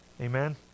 Amen